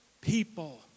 people